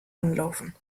anlaufen